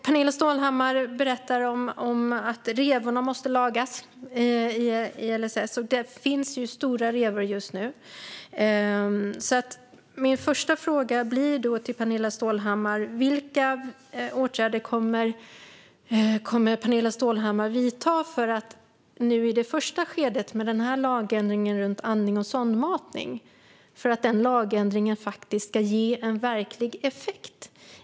Pernilla Stålhammar talar om att revorna i LSS måste lagas. Det finns stora revor just nu. Min första fråga till Pernilla Stålhammar blir då vilka åtgärder hon kommer att vidta för att denna första lagändring om andning och sondmatning ska ge verklig effekt.